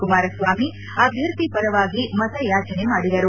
ಕುಮಾರಸ್ವಾಮಿ ಅಭ್ವರ್ಥಿ ಪರವಾಗಿ ಮತಯಾಚನೆ ಮಾಡಿದರು